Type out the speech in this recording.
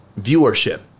viewership